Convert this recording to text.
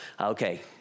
okay